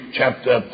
chapter